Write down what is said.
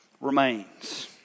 remains